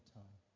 time